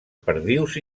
perdius